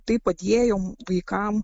tai padėjo vaikam